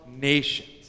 nations